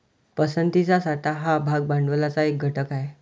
पसंतीचा साठा हा भाग भांडवलाचा एक घटक आहे